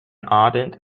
ardent